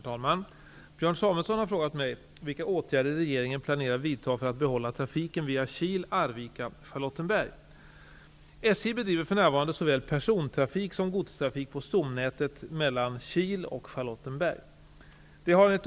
Herr talman! Björn Samuelson har frågat mig vilka åtgärder regeringen planerar vidta för att behålla trafiken via Kil--Arvika--Charlottenberg.